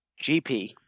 GP